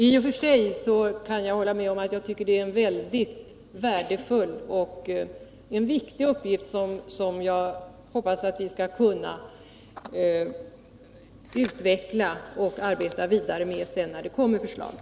I och för sig kan jag hålla med om att det gäller en mycket viktig uppgift, som jag hoppas att vi skall kunna arbeta vidare med när förslaget framlagts.